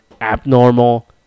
abnormal